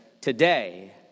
Today